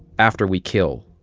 after we kill,